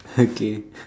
okay